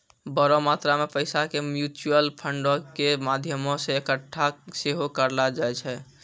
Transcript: बड़ो मात्रा मे पैसा के म्यूचुअल फंडो के माध्यमो से एक्कठा सेहो करलो जाय छै